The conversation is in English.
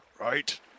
right